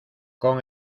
con